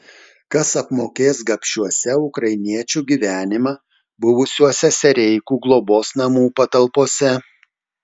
kas apmokės gabšiuose ukrainiečių gyvenimą buvusiuose sereikų globos namų patalpose